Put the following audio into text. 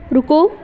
ਰੁਕੋ